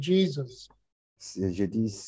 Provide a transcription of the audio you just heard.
Jesus